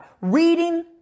reading